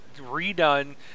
redone